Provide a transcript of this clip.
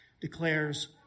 declares